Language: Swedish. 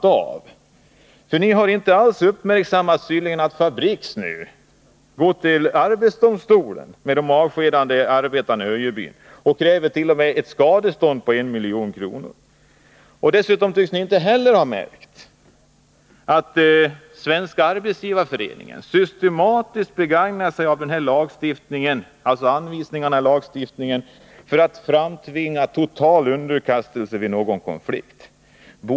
De har av allt att döma inte alls uppmärksammat att Fabriks nu går till arbetsdomstolen med det ärende som gäller de avskedade arbetarna i Öjebyn. Fabriks kräver t.o.m. ett skadestånd på 1 milj.kr. Dessutom tycks inte heller socialdemokraterna ha märkt att Svenska arbetsgivareföreningen systematiskt begagnar sig av anvisningarna i lagstiftningen för att framtvinga total underkastelse vid konflikter.